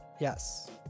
Yes